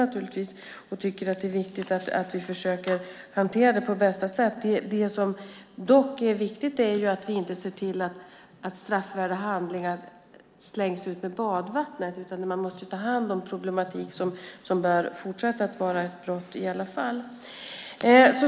Jag ser den och tycker naturligtvis att det är viktigt att vi försöker hantera den på bästa sätt. Det är dock viktigt att se till att inte straffvärda handlingar slängs ut med badvattnet. Man måste ta hand om problematik som bör fortsätta att vara brott.